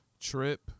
Trip